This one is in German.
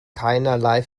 keinerlei